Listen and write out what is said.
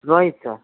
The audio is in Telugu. రోహిత్ సార్